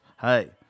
Hey